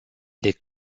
des